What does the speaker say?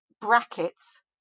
brackets